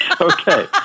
Okay